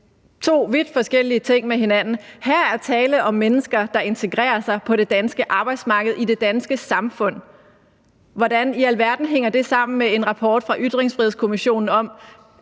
to vidt forskellige ting med hinanden. Her er tale om mennesker, der integrerer sig på det danske arbejdsmarked i det danske samfund. Hvordan i alverden hænger det sammen med en rapport fra Ytringsfrihedskommissionen?